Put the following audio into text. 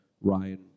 Ryan